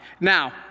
Now